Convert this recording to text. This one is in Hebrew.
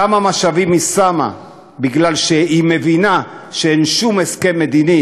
כמה משאבים היא שמה משום שהיא מבינה שאין שום הסכם מדיני